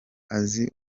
azi